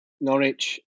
Norwich